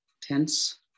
tense